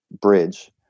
bridge